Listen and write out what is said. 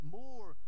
more